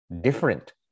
different